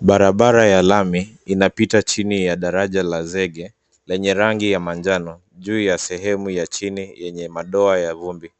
Barabara ya lami, inapita chini ya daraja la zege, lenye rangi ya manjano juu ya sehemu ya chini yenye madoa ya vumbi.